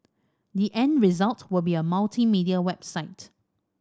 the end result will be a multimedia website